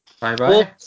Bye-bye